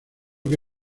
que